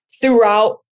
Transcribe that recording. throughout